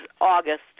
August